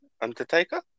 Undertaker